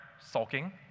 sulking